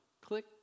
click